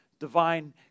Divine